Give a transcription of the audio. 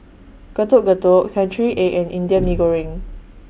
Getuk Getuk Century Egg and Indian Mee Goreng